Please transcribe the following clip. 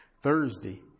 thursday